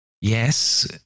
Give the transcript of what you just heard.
Yes